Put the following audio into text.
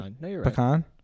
Pecan